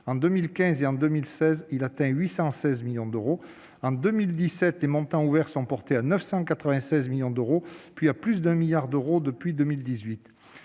en 2015 et en 2016, il a atteint 816 millions d'euros ; en 2017, il a été porté à 996 millions d'euros, puis à plus d'un milliard d'euros depuis 2018.